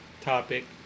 topic